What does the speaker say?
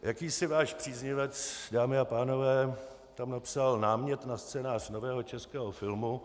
Jakýsi váš příznivec, dámy a pánové, tam napsal námět na scénář nového českého filmu